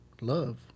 love